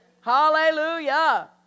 Hallelujah